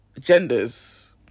genders